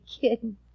kidding